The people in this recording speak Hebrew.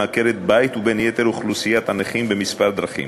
עקרת-בית ובין יתר אוכלוסיית הנכים בכמה דרכים: